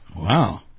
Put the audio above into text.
Wow